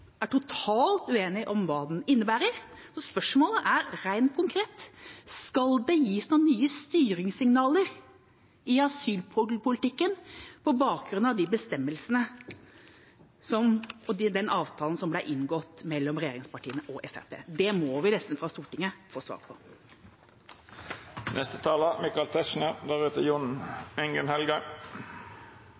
er totalt uenige om hva den innebærer. Spørsmålet er rent konkret: Skal det gis noen nye styringssignaler i asylpolitikken på bakgrunn av bestemmelsene i den avtalen som ble inngått mellom regjeringspartiene og Fremskrittspartiet? Det må nesten vi i Stortinget få svar på. I motsetning til forrige taler